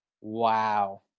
wow